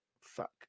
Fuck